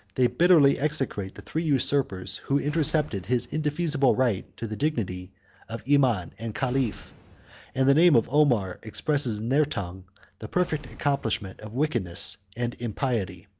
they bitterly execrate the three usurpers who intercepted his indefeasible right to the dignity of imam and caliph and the name of omar expresses in their tongue the perfect accomplishment of wickedness and impiety.